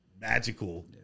magical